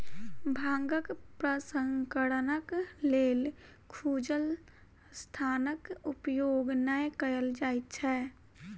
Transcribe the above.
भांगक प्रसंस्करणक लेल खुजल स्थानक उपयोग नै कयल जाइत छै